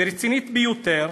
רצינית ביותר,